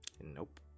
Nope